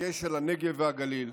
בדגש על הנגב והגליל,